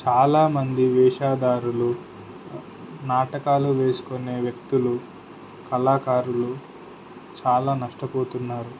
చాలామంది వేషధారులు నాటకాలు వేసుకునే వ్యక్తులు కళాకారులు చాలా నష్టపోతున్నారు